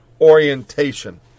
orientation